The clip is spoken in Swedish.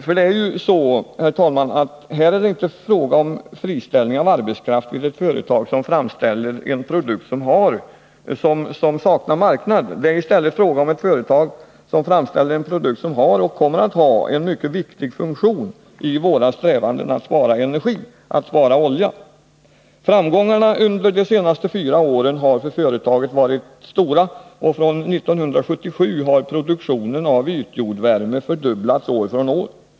Här är det inte, herr talman, fråga om friställning av arbetskraft vid ett företag som framställer produkter som saknar marknad, det är i stället fråga om ett företag som framställer en produkt som har och kommer att ha en mycket viktig funktion i våra strävanden att spara energi, att spara olja. Framgångarna under de senaste fyra åren har för företaget varit stora, och från 1977 har produktionen av ytjordvärme fördubblats år från år.